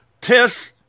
test